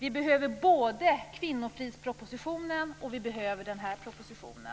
Vi behöver både kvinnofridspropositionen och denna proposition.